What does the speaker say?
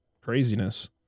craziness